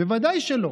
בוודאי שלא.